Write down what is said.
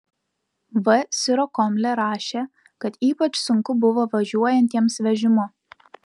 v sirokomlė rašė kad ypač sunku buvo važiuojantiems vežimu